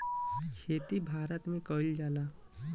खेती भारते मे कइल जाला